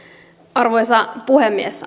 arvoisa puhemies